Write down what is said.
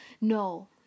No